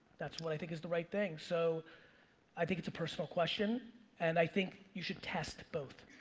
that's what i think is the right thing. so i think it's a personal question and i think you should test both.